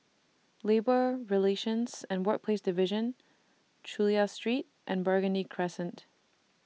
Labour Relations and Workplaces Division Chulia Street and Burgundy Crescent